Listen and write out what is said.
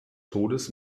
todes